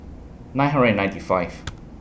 nine hundred and ninety five